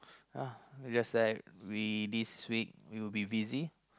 uh just like we this week we will be busy